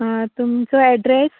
आं तुमचो एड्रेस